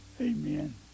Amen